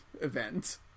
event